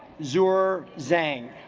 xuer xuer zhang